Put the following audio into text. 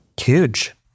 Huge